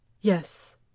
Yes